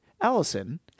Allison